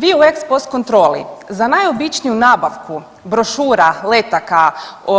Vi u ex pos kontroli za naj običniju nabavku brošura, letaka,